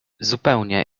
zupełnie